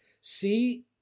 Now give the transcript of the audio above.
See